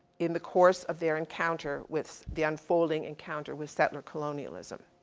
in the course of their encounter with the unfolding encounter with settler colonialism.